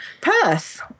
Perth